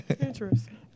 Interesting